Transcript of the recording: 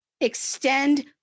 extend